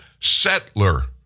settler